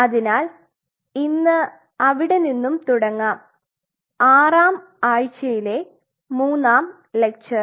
അതിനാൽ ഇന്ന് അവിടെ നിന്നും തുടങ്ങാംആറാം ആഴ്ചയിലെ മൂന്നാം ലെക്ചർ